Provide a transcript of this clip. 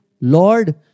Lord